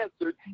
answered